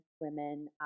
women